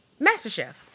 MasterChef